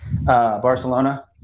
Barcelona